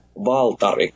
Valtari